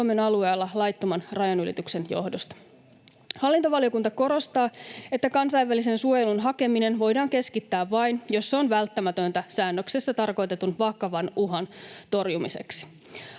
Suomen alueella laittoman rajanylityksen johdosta. Hallintovaliokunta korostaa, että kansainvälisen suojelun hakeminen voidaan keskittää vain, jos se on välttämätöntä säännöksessä tarkoitetun vakavan uhan torjumiseksi.